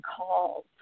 calls